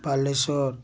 Balasore